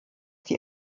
die